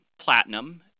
platinum